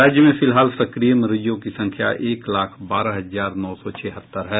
राज्य में फिलहाल सक्रिय मरीजों की संख्या एक लाख बारह हजार नौ सौ छिहत्तर है